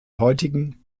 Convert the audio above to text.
heutigen